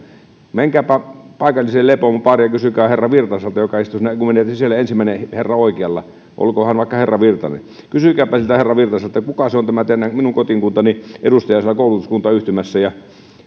menkääpä paikalliseen leipomobaariin ja kysykää herra virtaselta joka istuu siinä kun menee sisälle ensimmäinen herra oikealla olkoon hän vaikka herra virtanen kysykääpä siltä herra virtaselta kuka on tämän minun kotikuntani edustaja siellä koulutuskuntayhtymässä ja